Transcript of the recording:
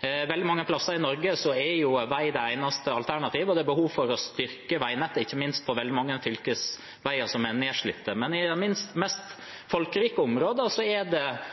Veldig mange plasser i Norge er vei det eneste alternativet, og det er behov for å styrke veinettet, ikke minst på veldig mange fylkesveier, som er nedslitte. Men i de mest folkerike områdene er det i mange sammenhenger viktig å gjøre den prioriteringen som representanten Raja foreslår. I revidert budsjett er det